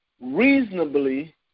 reasonably